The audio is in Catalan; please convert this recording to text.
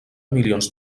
milions